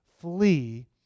flee